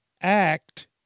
act